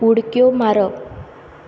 उडक्यो मारप